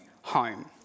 home